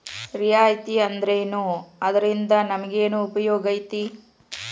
ರಿಯಾಯಿತಿ ಅಂದ್ರೇನು ಅದ್ರಿಂದಾ ನಮಗೆನ್ ಉಪಯೊಗೈತಿ?